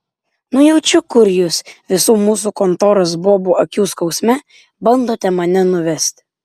nujaučiu kur jūs visų mūsų kontoros bobų akių skausme bandote mane nuvesti